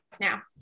now